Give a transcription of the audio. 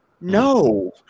no